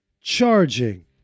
charging